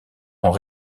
ont